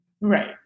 Right